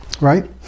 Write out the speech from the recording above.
right